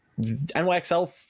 nyxl